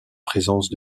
présence